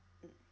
mm